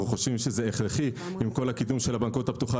חושבים שזה הכרחי עם כל הקידום של הבנקאות הפתוחה,